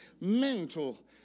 mental